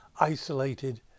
isolated